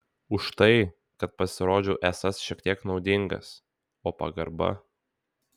už tai kad pasirodžiau esąs šiek tiek naudingas o pagarba